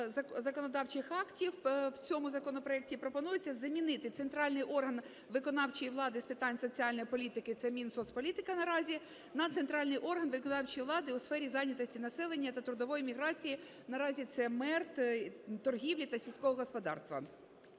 законодавчих актів в цьому законопроекті пропонується замінити центральний орган виконавчої влади з питань соціальної політики (це Мінсоцполітика наразі) на центральний орган виконавчої влади у сфері зайнятості населення та трудової міграції (наразі це МЕРТ), торгівлі та сільського господарства.